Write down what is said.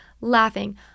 laughing